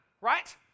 right